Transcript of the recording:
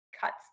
cuts